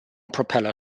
propeller